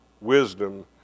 wisdom